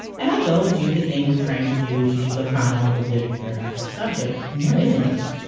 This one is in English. and i go and do the thing we're trained to do, which is you go find all the literature about your subject, and there isn't any.